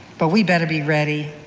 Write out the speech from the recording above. but we better be ready,